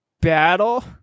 battle